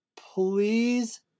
please